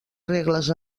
regles